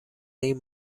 این